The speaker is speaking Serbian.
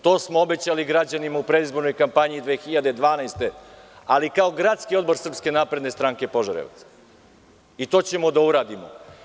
To smo obećali građanima u predizbornoj kampanji 2012. godine, ali kao gradski odbor SNS Požarevac, i to ćemo da uradimo.